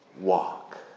walk